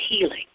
healing